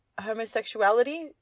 homosexuality